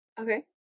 Okay